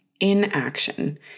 inaction